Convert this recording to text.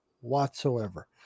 whatsoever